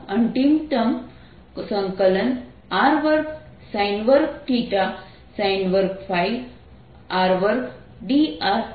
અંતિમ term r2drdcosθdϕ છે